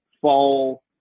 fall